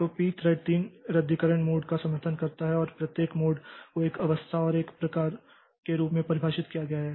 तो P thread तीन रद्दीकरण मोड का समर्थन करता है और प्रत्येक मोड को एक अवस्था और एक प्रकार के रूप में परिभाषित किया गया है